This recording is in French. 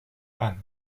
ann